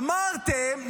אמרתם,